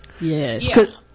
yes